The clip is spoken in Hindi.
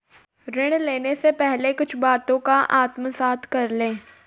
ऋण लेने से पहले कुछ बातों को आत्मसात कर लें